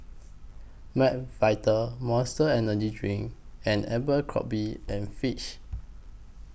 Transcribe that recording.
Mcvitie's Monster Energy Drink and Abercrombie and Fitch